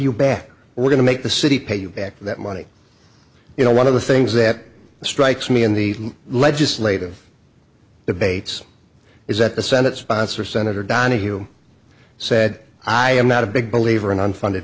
you back we're going to make the city pay you back that money you know one of the things that strikes me in the legislative debates is that the senate sponsor senator donahue said i am not a big believer in unfunded